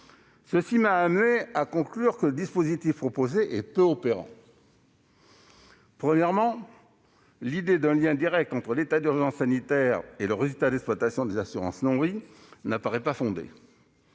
Cela m'a conduit à conclure que le dispositif proposé est peu opérant. Premièrement, l'idée d'un lien direct entre l'état d'urgence sanitaire et le résultat d'exploitation des assurances non-vie n'apparaît pas fondée.